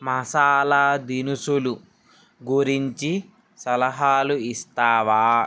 మసాలా దినుసులు గురించి సలహాలు ఇస్తావా